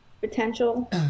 potential